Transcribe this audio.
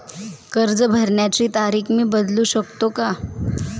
कर्ज भरण्याची तारीख मी बदलू शकतो का?